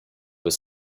were